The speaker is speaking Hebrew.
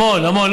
המון, המון.